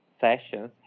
sessions